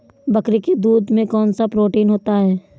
बकरी के दूध में कौनसा प्रोटीन होता है?